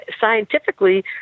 scientifically